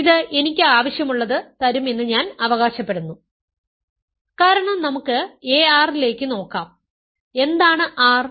ഇത് എനിക്ക് ആവശ്യമുള്ളത് തരും എന്ന് ഞാൻ അവകാശപ്പെടുന്നു കാരണം നമുക്ക് ar ലേക്ക് നോക്കാം എന്താണ് r